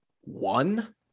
one